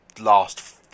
last